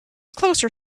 closer